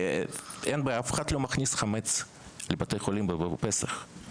אף אחד לא מכניס חמץ לבתי חולים בפסח.